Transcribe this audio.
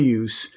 use